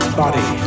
body